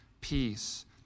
peace